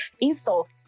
insults